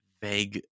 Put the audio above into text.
vague